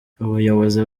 ubuyobozi